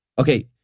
Okay